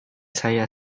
saya